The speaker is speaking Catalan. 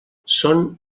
són